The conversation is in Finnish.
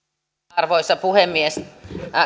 arvoisa puhemies